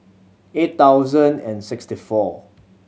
eight thousand and sixty four